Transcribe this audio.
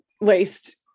waste